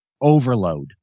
overload